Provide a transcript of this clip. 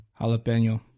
Jalapeno